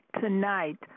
tonight